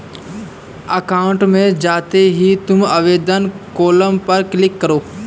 account में जाते ही तुम आवेदन कॉलम पर क्लिक करो